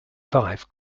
five